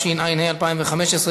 התשע"ה 2015,